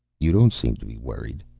you don't seem to be worried,